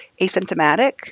asymptomatic